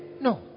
No